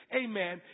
amen